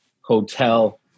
hotel